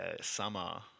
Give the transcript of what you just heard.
summer